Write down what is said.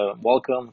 welcome